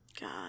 god